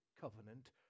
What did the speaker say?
covenant